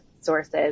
sources